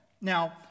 Now